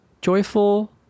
joyful